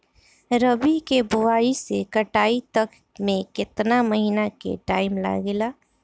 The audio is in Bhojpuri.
रबी के बोआइ से कटाई तक मे केतना महिना के टाइम लागेला?